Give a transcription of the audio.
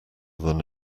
than